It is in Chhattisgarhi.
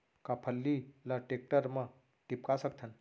का फल्ली ल टेकटर म टिपका सकथन?